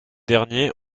dernier